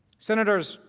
senators